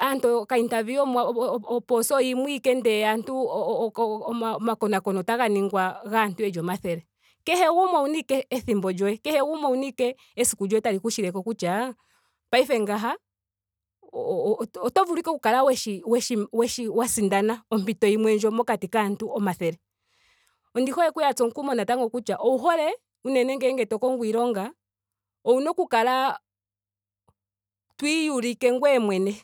aantu oka interview omwa oo- opoosa yimwe ashike ndele aantu o- o- o- o omakonakono otaga ningwa gaantu yeli omathele. Kehe gumwe owuna ashike ethimbo lyoye. Kehe gumwe owuna ashike esiku lyoye tali ku shileko kutya paife ngeyi o- o oto ashike oku kala weshi weshi weshi wa sindana. ompito yimwe ndjo mokati kaantu omathele. Ondi hole okuya tsa omukumo natango kutya owu hole unene ngele to kongo iilonga owuna oku kala to iyulike ngweye mwene